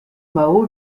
mao